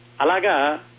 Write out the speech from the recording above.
Alaga